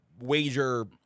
wager